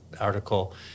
article